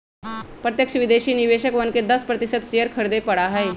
प्रत्यक्ष विदेशी निवेशकवन के दस प्रतिशत शेयर खरीदे पड़ा हई